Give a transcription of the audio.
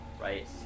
right